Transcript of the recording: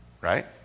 right